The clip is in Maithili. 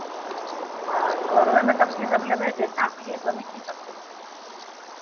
हँ तऽ आओर ओहिमे आओर कीसभ लेबै जे नापी तऽ ओहिमे कीसभ लेबै